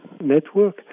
network